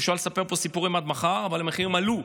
אפשר לספר פה סיפורים עד מחר, אבל המחירים עלו.